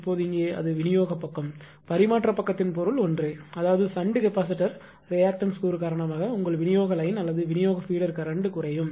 இப்போது இங்கே அது விநியோகப் பக்கம் பரிமாற்றப் பக்கத்தின் பொருள் ஒன்றே அதாவது ஷன்ட் கெப்பாசிட்டர் ரியாக்டன்ஸ் கூறு காரணமாக உங்கள் விநியோக லைன் அல்லது விநியோக பீடர் கரண்ட் குறையும்